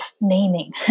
naming